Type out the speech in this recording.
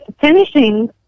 finishing